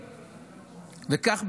וכך,